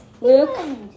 Luke